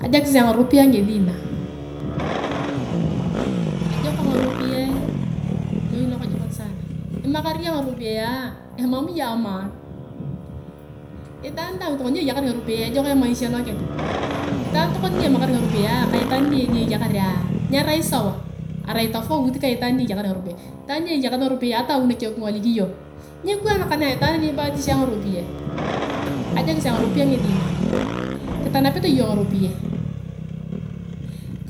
Ajokis angaropiyae ngesi naga, ejok ngaropiyae noi lokojokon saana, imakar iyong ngaropiyae ama iyong amaan itaan daang tokona nia eyakar ngaropiyae ejok emaisha lokeng, itaan tokona nia emakar ngaropiyae ka itaan nia eyakaraa nyarai sawa aria tofaut ka itaan nieyakar ngaropiyae itaan nieyakar ngaropiyae ata awi nakeng kingolik iyong nikwaan ka ana itaan anibatisha ngaropiyae. Ajekis angaropiyae ngesi naa, kitanapete iyong ngaropiyae,